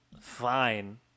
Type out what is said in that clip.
fine